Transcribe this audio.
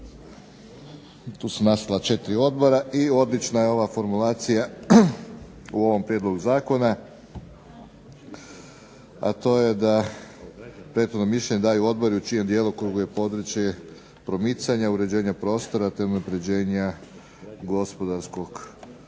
tu su nastala 4 odbora i odlična je ova formulacija u ovom prijedlogu zakona, a to je da prethodno mišljenje daju odbori u čijem djelokrugu je područje promicanja, uređenja prostora, te unapređenja gospodarskog